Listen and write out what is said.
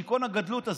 שיכרון הגדלות הזה?